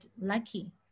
lucky